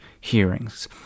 hearings